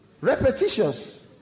Repetitious